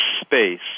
space